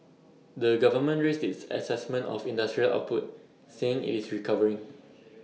the government raised its Assessment of industrial output saying IT is recovering